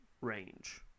range